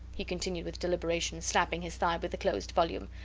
he continued with deliberation, slapping his thigh with the closed volume.